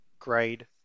grade